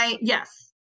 Yes